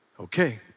Okay